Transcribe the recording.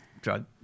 drug